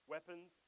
Weapons